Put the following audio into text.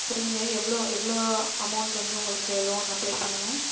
சொல்லுங்கள் எவ்வளோ எவ்வளோ அமௌண்ட் வந்து உங்களுக்கு லோன் அப்ளை பண்ணணும்